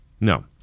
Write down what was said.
No